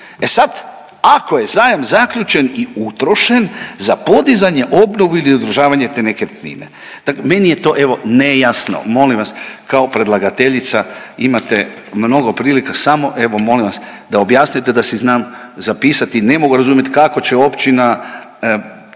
E sad, ako je zajam zaključen i utrošen za podizanje, obnovu ili održavanje te nekretnine. Meni je to evo nejasno. Molim vas kao predlagateljica imate mnogo prilika samo evo molim vas da objasnite da si znam zapisati. Ne mogu razumjeti kako će općina